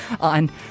on